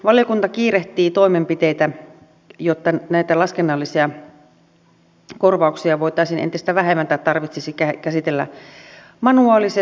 hallintovaliokunta kiirehtii toimenpiteitä jotta näitä laskennallisia korvauksia tarvitsisi entistä vähemmän käsitellä manuaalisesti